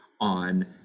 On